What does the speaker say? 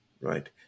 right